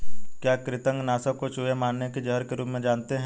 क्या कृतंक नाशक को चूहे मारने के जहर के रूप में जानते हैं?